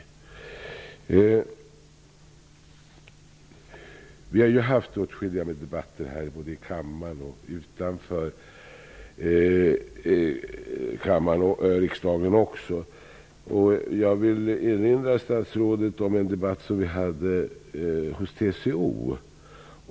Vi har haft åtskilliga debatter om detta både här i kammaren och utanför den, och jag vill erinra statsrådet om en debatt som anordnades av TCO.